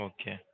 Okay